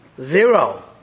zero